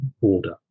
order